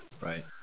Right